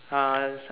uh